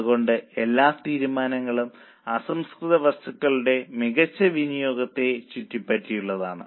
അതുകൊണ്ട് എല്ലാ തീരുമാനങ്ങളും അസംസ്കൃത വസ്തുക്കളുടെ മികച്ച വിനിയോഗത്തെ ചുറ്റിപ്പറ്റിയുള്ളതാണ്